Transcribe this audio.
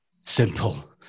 Simple